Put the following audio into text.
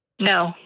No